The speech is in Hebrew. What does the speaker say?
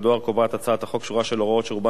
קובעת הצעת החוק שורה של הוראות שרובן שאובות